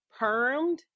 permed